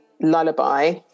lullaby